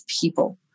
people